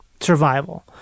survival